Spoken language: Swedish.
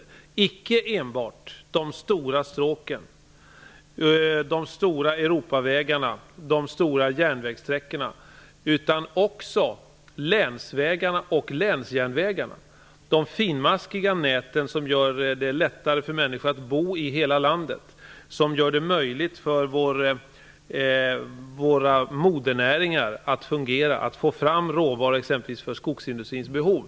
Det är icke enbart fråga om de stora stråken, de stora europavägarna och de långa järnvägssträckorna, utan också länsvägarna och länsjärnvägarna. Det är de finmaskiga näten som gör det lättare för människor att bo i hela landet, gör det möjligt för våra modernäringar att fungera och att få fram råvaror för exempelvis skogsindustrins behov.